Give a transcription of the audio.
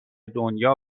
دنیا